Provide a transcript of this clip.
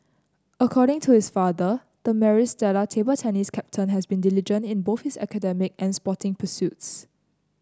according to his father the Maris Stella table tennis captain has been diligent in both his academic and sporting pursuits